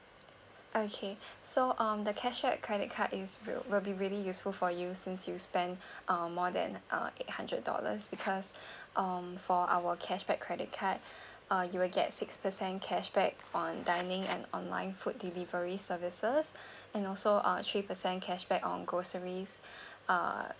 okay so um the cashback credit card is will will be really useful for you since you spend um more than uh eight hundred dollars because um for our cashback credit card uh you'll get six percent cashback on dining and online food delivery services and also uh three percent cashback on groceries uh